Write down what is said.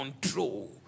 control